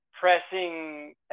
pressing